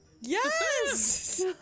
Yes